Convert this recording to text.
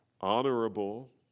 honorable